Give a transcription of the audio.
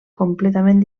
completament